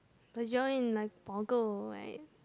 cause you're in like Boggle right